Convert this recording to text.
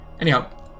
anyhow